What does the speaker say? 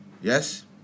Yes